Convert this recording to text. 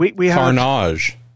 Carnage